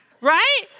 right